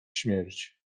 śmierć